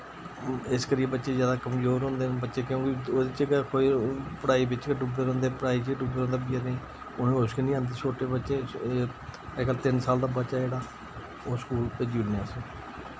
इस करियै बच्चे जैदा कमजोर होंदे न बच्चे क्यूंकि ओह्दे च गै खोई पढ़ाई विच गै डुब्बे दे रोह्नदे पढ़ाई विच गै डुब्बे दे रोह्नदे बचारें उ'नें होश गै निं औंदी छोट्टे बच्चें एह् अजकल्ल तिन साल दा बच्चा जेह्ड़ा ओह् स्कूल भेजी ओड़ने अस